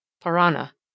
Parana